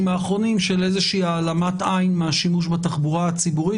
האחרונים של איזושהי העלמת עין מהשימוש בתחבורה הציבורית